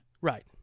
Right